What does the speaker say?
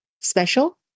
special